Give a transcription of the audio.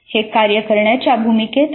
हे कार्य करण्याच्या भूमिकेत आहे